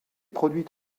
produit